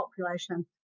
population